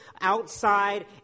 outside